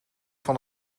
van